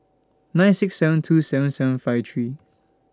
nine six seven two seven seven five three